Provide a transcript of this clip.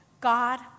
God